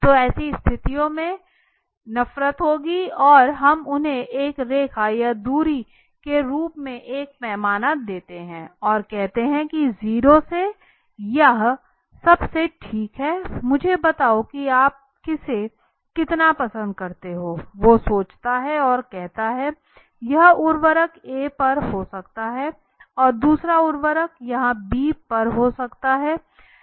तो ऐसी स्थितियों में नफरत होती है हम उन्हें एक रेखा या दूरी के रूप में एक पैमाना देते हैं और कहते हैं कि 0 से या यह सबसे ठीक है मुझे बताओ कि आप इसे कितना पसंद करते हैं और वो सोचता है और यहाँ कहता है तो यह उर्वरक A पर हो सकता है और कोई दूसरा उर्वरक यहाँ B पर हो सकता है